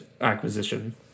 acquisition